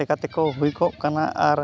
ᱞᱮᱠᱟᱛᱮᱠᱚ ᱦᱩᱭ ᱠᱚᱜ ᱠᱟᱱᱟ ᱟᱨ